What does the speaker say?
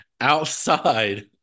outside